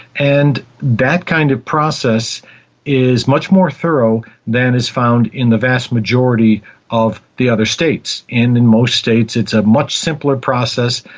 and that kind of process is much more thorough than is found in the vast majority of the other states. in in most states it's a much simpler process,